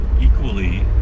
equally